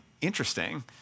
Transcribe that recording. interesting